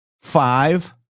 five